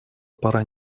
пора